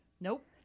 Nope